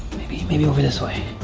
maybe, maybe over this way.